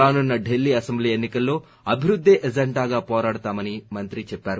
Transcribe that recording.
రానున్న ఢిల్లీ అసెంబ్లీ ఎన్ని కల్లో అభివృద్దే ఎజెండాగా పోరాడతామని మంత్రి చెప్పారు